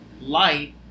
light